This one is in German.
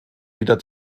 wieder